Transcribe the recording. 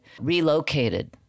relocated